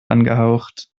angehaucht